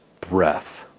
breath